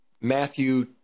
Matthew